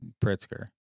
Pritzker